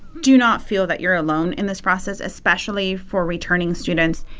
do not feel that you're alone in this process, especially for returning students.